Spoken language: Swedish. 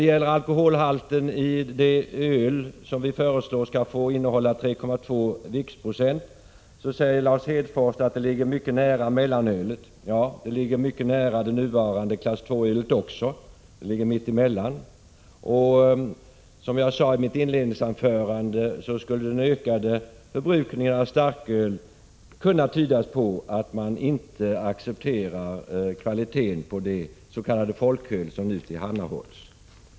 Beträffande vårt förslag att alkoholhalten i öl skall få höjas till 3,2 viktprocent säger Lars Hedfors att vi då får ett öl som ligger mycket nära mellanölet, och det är riktigt. Det ligger också mycket nära det nuvarande klass II-ölet. Det ligger mitt emellan. Men som jag sade i mitt inledningsanförande skulle den ökade förbrukningen av starköl kunna tyda på att man inte accepterar kvaliteten på det s.k. folköl som nu tillhandahålls.